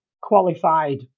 qualified